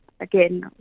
again